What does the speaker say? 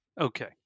Okay